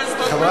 וחצי.